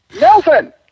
Nelson